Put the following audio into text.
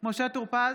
משה טור פז,